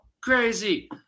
Crazy